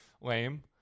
lame